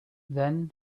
then